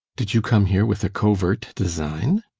did you come here with a covert design?